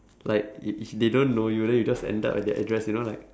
like it it they don't know you then you just end up at their address you know like